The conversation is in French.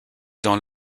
dans